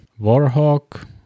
Warhawk